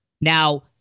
Now